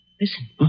Listen